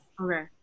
Okay